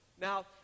Now